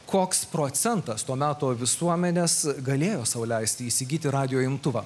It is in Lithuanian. koks procentas to meto visuomenės galėjo sau leisti įsigyti radijo imtuvą